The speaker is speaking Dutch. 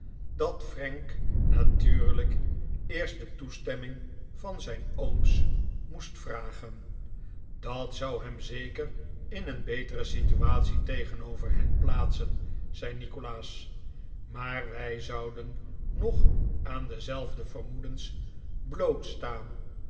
dat frank smike's toestand zeer ernstig natuurlijk eerst de toestemming van zijn ooms moest vragen dat zou hem zeker in een betere situatie tegenover hen plaatsen zei nikolaas maar wij zouden nog aan dezelfde vermoedens